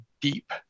deep